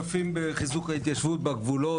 בחיזוק ההתיישבות בגבולות,